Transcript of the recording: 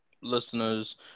listeners